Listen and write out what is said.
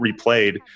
replayed